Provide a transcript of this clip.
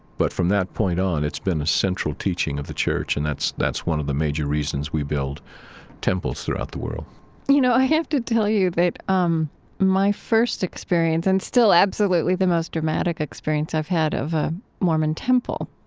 but from that point on, it's been a central teaching of the church. and that's that's one of the major reasons we build temples throughout the world you know, i have to tell you that um my first experience, and still absolutely the most dramatic experience i've had of a mormon temple,